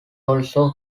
also